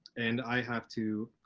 and i have to.